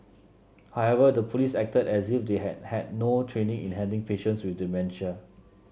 however the police acted as if they had had no training in handling patients with dementia